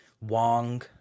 Wong